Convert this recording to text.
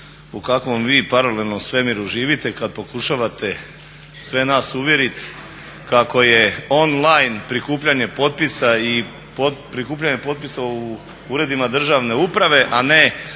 u kakvom vi paralelnom svemiru živite kad pokušavate sve nas uvjeriti kako je online prikupljanje potpisa i prikupljanje potpisa u